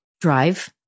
drive